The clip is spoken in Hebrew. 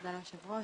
תודה ליושב ראש.